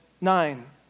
nine